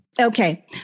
Okay